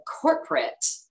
corporate